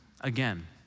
again